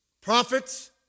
prophets